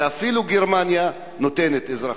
ואפילו גרמניה נותנת אזרחות.